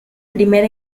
primer